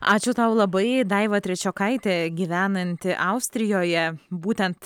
ačiū tau labai daiva trečiokaitė gyvenanti austrijoje būtent